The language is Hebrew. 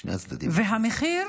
שני הצדדים, והמחיר